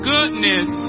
Goodness